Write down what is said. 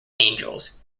angels